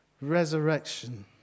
resurrection